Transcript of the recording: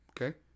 Okay